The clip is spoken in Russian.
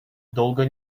долго